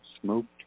Smoked